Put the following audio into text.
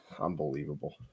Unbelievable